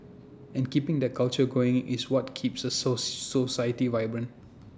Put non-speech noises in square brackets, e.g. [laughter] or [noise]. [noise] and keeping that culture going is what keeps A so society vibrant